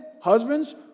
Husbands